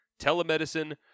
Telemedicine